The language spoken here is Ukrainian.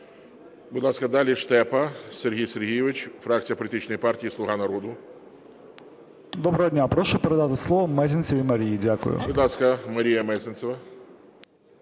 Доброго дня. Прошу передати слово Мезенцевій Марії. Дякую.